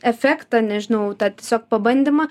efektą nežinau tą tiesiog pabandymą